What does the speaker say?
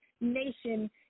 nation